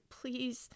Please